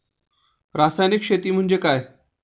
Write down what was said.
रासायनिक शेती म्हणजे काय?